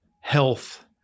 health